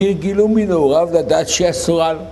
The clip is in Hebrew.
כי הרגילוהו מנעוריו לדעת שהיא אסורה לו